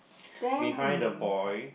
behind the boy